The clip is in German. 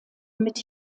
mit